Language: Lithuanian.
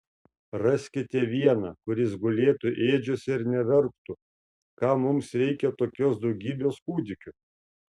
raskite vieną kuris gulėtų ėdžiose ir neverktų kam mums reikia tokios daugybės kūdikių